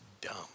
dumb